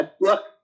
Look